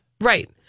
right